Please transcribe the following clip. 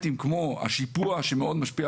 אני לא מכיר שאני